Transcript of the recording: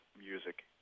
music